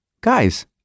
Guys